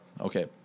okay